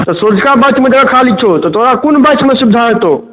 तऽ सँझुका बैचमे जगह खाली छौ तऽ तोरा कोन बैचमे सुविधा हेतौ